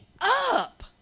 up